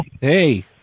Hey